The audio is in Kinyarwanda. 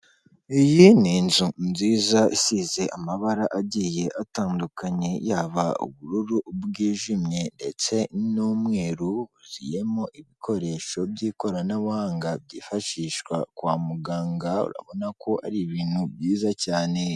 Iyi ni inzu nziza isize amabara agiye atandukanye yaba ubururu bwijimye ndetse n'umweru, huzuyemo ibikoresho by'ikoranabuhanga byifashishwa kwa muganga, urabona ko ari ibintu byiza cyane.